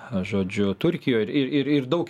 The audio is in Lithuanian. žodžiu turkijoj ir ir ir daug